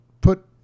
put